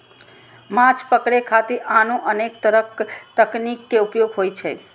माछ पकड़े खातिर आनो अनेक तरक तकनीक के उपयोग होइ छै